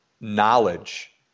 knowledge